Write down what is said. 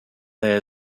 that